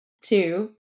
two